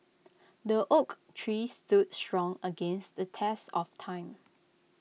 the oak tree stood strong against the test of time